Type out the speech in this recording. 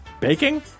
Baking